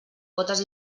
cotes